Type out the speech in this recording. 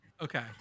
Okay